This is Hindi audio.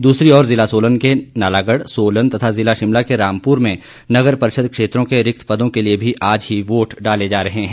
दूसरी ओर जिला सोलन के नालागढ़ सोलन तथा जिला शिमला के रामपुर में नगर परिषद क्षेत्रों के रिक्त पदों के लिए भी आज ही वोट डाले जा रहे हैं